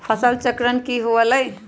फसल चक्रण की हुआ लाई?